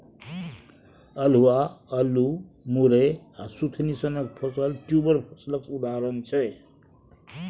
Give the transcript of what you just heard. अल्हुआ, अल्लु, मुरय आ सुथनी सनक फसल ट्युबर फसलक उदाहरण छै